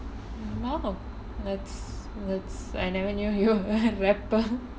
hmm !wow! that's that's I never knew you were a rapper